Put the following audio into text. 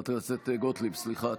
חברת הכנסת גוטליב, סליחה.